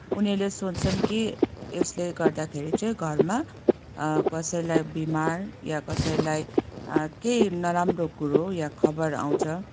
उनीहरूले सोच्छन् कि यसले गर्दाखेरि चाहिँ घरमा कसैलाई बिमार या कसैलाई केही नराम्रो कुरो या खबर आउँछ